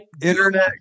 Internet